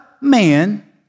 Man